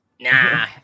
nah